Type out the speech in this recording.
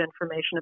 information